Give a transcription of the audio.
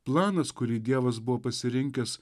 planas kurį dievas buvo pasirinkęs